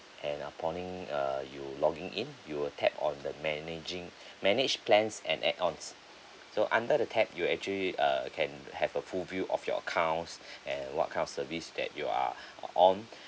and uponing uh you logging in you will tab on the managing manage plans and add ons so under the tab you actually uh can have a full view of your accounts and what kind of service that you are on